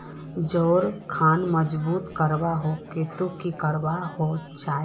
जोड़ खान मजबूत करवार केते की करवा होचए?